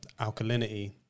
alkalinity